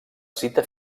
cita